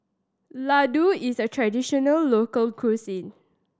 Ladoo is a traditional local cuisine